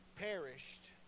perished